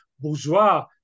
bourgeois